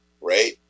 right